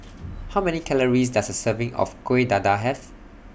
How Many Calories Does A Serving of Kueh Dadar Have